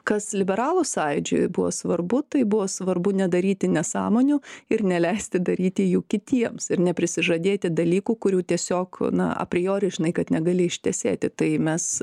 kas liberalų sąjūdžiui buvo svarbu tai buvo svarbu nedaryti nesąmonių ir neleisti daryti jų kitiems ir neprisižadėti dalykų kurių tiesiog na apriori žinai kad negali ištesėti tai mes